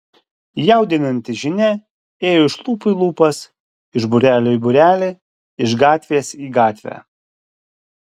jaudinanti žinia ėjo iš lūpų į lūpas iš būrelio į būrelį iš gatvės į gatvę